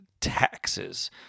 taxes